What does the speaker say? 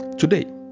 Today